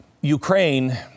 Ukraine